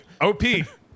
OP